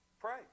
Pray